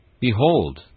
Behold